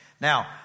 Now